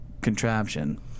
contraption